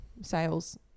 sales